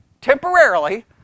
temporarily